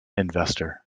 investor